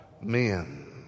men